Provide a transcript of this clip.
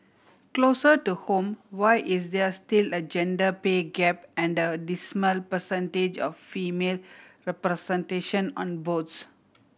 closer to home why is there still a gender pay gap and a dismal percentage of female representation on boards